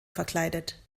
verkleidet